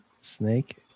snake